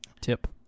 tip